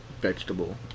Vegetable